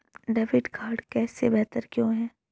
Debit card cash से बेहतर क्यों है?